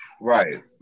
Right